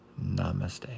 Namaste